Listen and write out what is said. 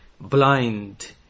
blind